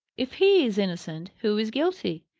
if he is innocent, who is guilty?